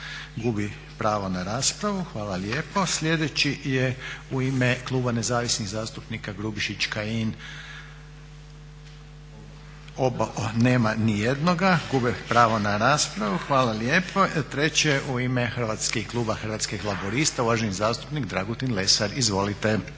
Gubi pravo na raspravu. Hvala lijepo. Sljedeći je u ime kluba Nezavisnih zastupnika Grubišić, Kajin, nema niti jednoga. Gube pravo na raspravu. Hvala lijepo. Treće u ime kluba Hrvatskih laburista, uvaženi zastupnik Dragutin Lesar, izvolite.